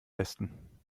besten